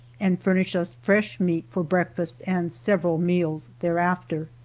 and furnished us fresh meat for breakfast and several meals thereafter.